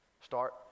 start